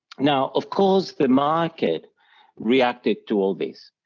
now, of course the market reacted to all this.